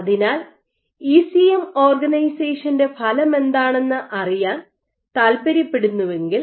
അതിനാൽ ഇസിഎം ഓർഗനൈസേഷന്റെ ഫലമെന്താണെന്ന് അറിയാൻ താൽപ്പര്യപ്പെടുന്നെങ്കിൽ